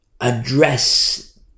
address